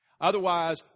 Otherwise